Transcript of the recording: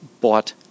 bought